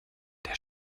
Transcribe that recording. der